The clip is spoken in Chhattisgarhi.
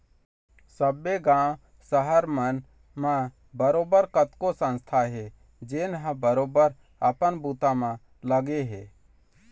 सब्बे गाँव, सहर मन म बरोबर कतको संस्था हे जेनहा बरोबर अपन बूता म लगे हे